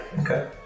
Okay